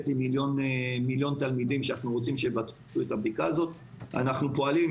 מיליון תלמידים שאנחנו רוצים שיבצעו את הבדיקה הזו; אנחנו פועלים,